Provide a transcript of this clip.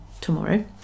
tomorrow